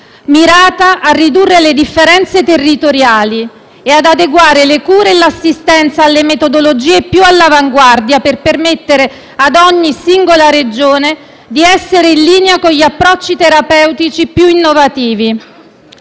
mirata a ridurre le differenze territoriali e ad adeguare le cure e l'assistenza alle metodologie più all'avanguardia per permettere ad ogni singola Regione di essere in linea con gli approcci terapeutici più innovativi.